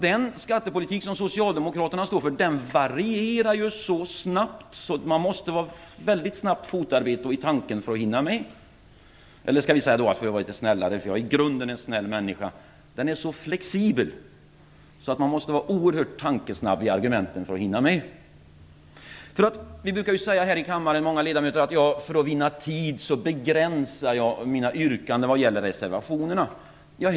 Den skattepolitik som Socialdemokraterna står för varierar så snabbt att man måste ha ett väldigt snabbt fotarbete och vara väldigt snabb i tanken för att hinna med. För att vara litet snällare - jag är i grunden en snäll människa - skall jag säga att den är så flexibel att man måste vara oerhört tankesnabb för att hinna med i argumenteringen. Många ledamöter i kammaren brukar säga att de begränsar sina yrkanden vad gäller reservationerna för att vinna tid.